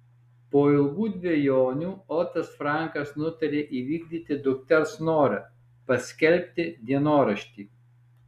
po ilgų dvejonių otas frankas nutarė įvykdyti dukters norą paskelbti dienoraštį